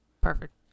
Perfect